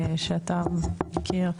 שאתה מכיר?